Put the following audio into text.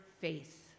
faith